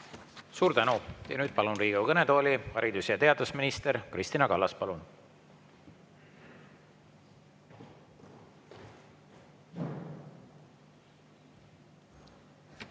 Suur tänu! Nüüd palun Riigikogu kõnetooli haridus- ja teadusminister Kristina Kallase. Palun!